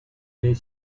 les